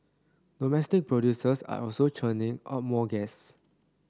domestic producers are also churning out more gas